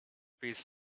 piece